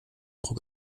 trug